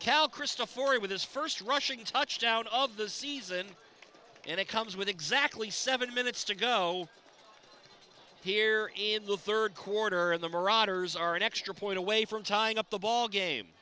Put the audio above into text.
cal christopher with his first rushing touchdown of the season and it comes with exactly seven minutes to go here in the third quarter the marauders are an extra point away from tying up the ballgame